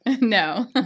No